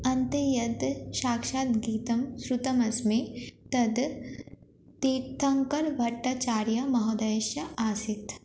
अन्ते यद् साक्षाद् गीतं शृतम् अस्मि तद् तीर्थङ्कारः भट्टाचार्यः महोदयस्य आसीत्